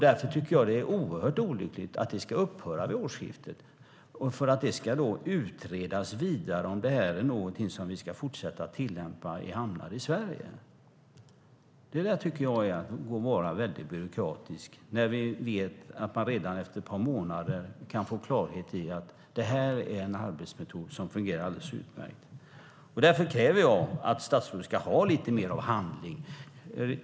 Därför tycker jag att det är oerhört olyckligt att detta ska upphöra vid årsskiftet därför att det ska utredas vidare om det är något som vi ska fortsätta att tillämpa i hamnar i Sverige. Det är att vara väldigt byråkratisk när vi vet att vi redan efter ett par månader kunde få klarhet i att det här är en arbetsmetod som fungerar alldeles utmärkt. Därför kräver jag att statsrådet ska visa lite mer av handling.